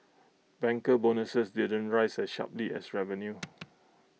banker bonuses didn't rise as sharply as revenue